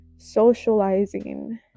socializing